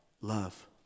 Love